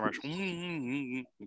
commercial